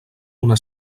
una